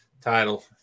title